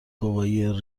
گواهی